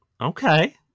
Okay